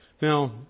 Now